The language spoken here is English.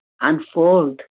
unfold